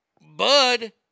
Bud